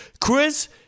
Chris